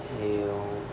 hail